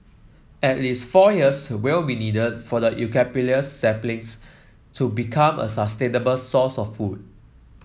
at least four years will be needed for the saplings to become a source of food